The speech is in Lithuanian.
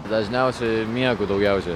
dažniausiai miegu daugiausiai